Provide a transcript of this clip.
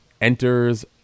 enters